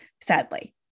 sadly